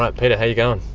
but peter, how're you going?